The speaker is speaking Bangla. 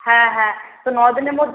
হ্যাঁ হ্যাঁ তো ন দিনের